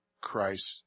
Christ